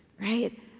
right